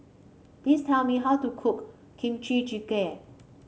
please tell me how to cook Kimchi Jjigae